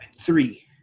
three